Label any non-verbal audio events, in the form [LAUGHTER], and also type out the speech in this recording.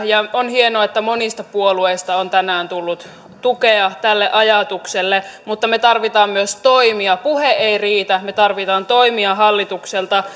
ja on hienoa että monista puolueista on tänään tullut tukea tälle ajatukselle mutta me tarvitsemme myös toimia puhe ei riitä me tarvitsemme toimia hallitukselta [UNINTELLIGIBLE]